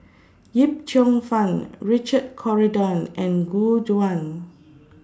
Yip Cheong Fun Richard Corridon and Gu Juan